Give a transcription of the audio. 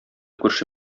күрше